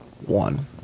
one